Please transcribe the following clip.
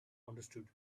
understood